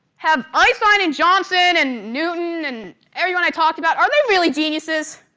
have einstein, and johnson, and newton, and everyone i talked about, are they really geniuses?